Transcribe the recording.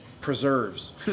preserves